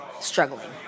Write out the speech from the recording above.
struggling